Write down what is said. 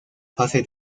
fase